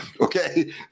Okay